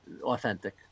authentic